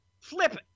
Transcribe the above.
flip